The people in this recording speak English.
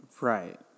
Right